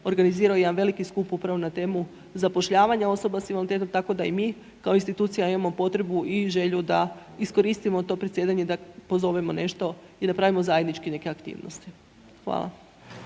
organizirao jedan veliki skup upravo na temu zapošljavanja osoba s invaliditetom, tako da i mi kao instituciju imamo potrebu i želju da iskoristimo to predsjedanje, da pozovemo nešto i napravimo zajednički neke aktivnosti. Hvala.